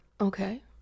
Okay